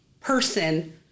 person